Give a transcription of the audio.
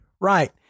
Right